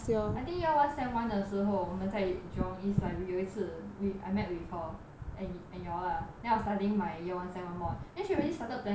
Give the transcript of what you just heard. I think year one sem one 的时候我们在 jurong east library 有一次 we I met with her and and you all lah then I was studying my year one sem one mod she already started planning